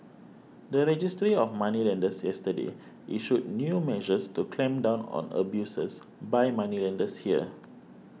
the Registry of Moneylenders yesterday issued new measures to clamp down on abuses by moneylenders here